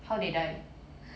how they die